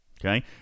Okay